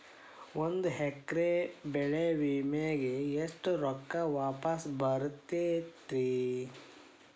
ಒಂದು ಎಕರೆ ಬೆಳೆ ವಿಮೆಗೆ ಎಷ್ಟ ರೊಕ್ಕ ವಾಪಸ್ ಬರತೇತಿ?